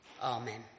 Amen